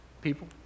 people